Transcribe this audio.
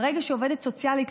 ברגע שעובדת סוציאלית,